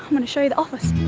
i'm gonna show you the office.